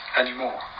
anymore